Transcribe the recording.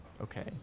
Okay